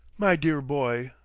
my dear boy,